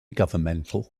governmental